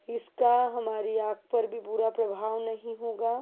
इसका हमारी आँख पर भी बुरा प्रभाव नहीं होगा